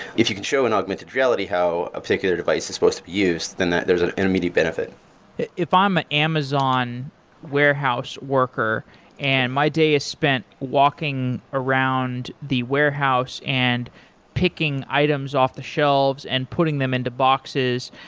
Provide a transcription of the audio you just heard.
if you can show an augmented reality how a particular device is supposed to be use, then there's an enmity benefit if i'm a amazon warehouse worker and my day is spent walking around the warehouse and picking items off the shelves and putting them into boxes,